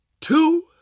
two